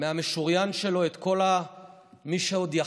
מהמשוריין שלו את כל מי שעוד יכול